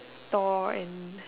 door and